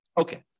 Okay